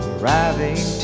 Arriving